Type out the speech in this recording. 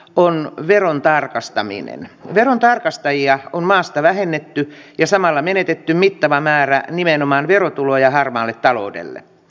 on veron tarkastaminen verontarkastajia on maasta vähennetty ja samalla menetetty mittava määrä nimenomaan verotuloja harmaalle taloudelle